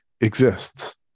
exists